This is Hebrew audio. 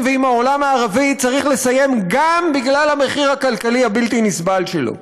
ועם העולם הערבי צריך לסיים גם בגלל המחיר הכלכלי הבלתי-נסבל שלו.